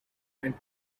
and